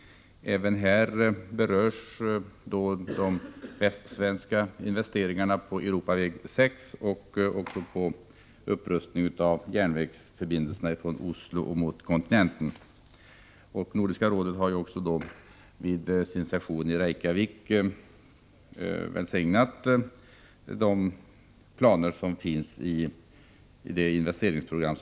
Även här berörs de västsvenska investeringarna i Europaväg 6 och i en upprustning av järnvägsförbindelserna från Oslo mot kontinenten. Nordiska rådet har vid sin session i Reykjavik välsignat de planer som finns i det framtagna investeringsprogrammet.